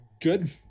good